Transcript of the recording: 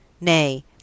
Nay